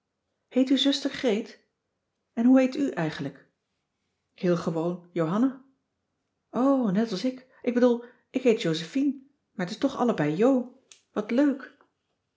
heet uw zuster greet en hoe heet u eigenlijk heel gewoon johanna o net als ik ik bedoel ik heet josephine maar t is toch allebei jo wat leuk